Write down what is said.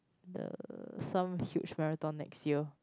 uh some huge marathon next year